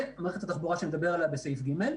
ומערכת תחבורה שנדבר עליה בסעיף ג'